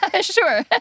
sure